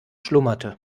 schlummerte